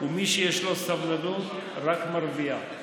ומי שיש לו סבלנות רק מרוויח,